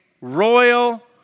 royal